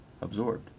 Absorbed